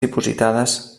dipositades